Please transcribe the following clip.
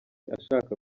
ashaka